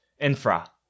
Infra